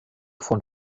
von